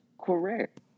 Correct